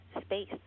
space